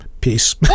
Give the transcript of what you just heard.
Peace